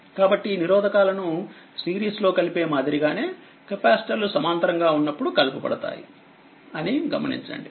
కాబట్టి నిరోధకాలను సిరీస్ లో కలిపే మాదిరిగానే కెపాసిటర్లు సమాంతరంగా ఉన్నప్పుడు కలపబడతాయి అని గమనించండి